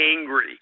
angry